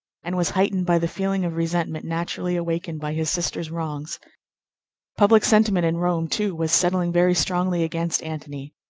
and was heightened by the feeling of resentment naturally awakened by his sister's wrongs public sentiment in rome, too, was setting very strongly against antony.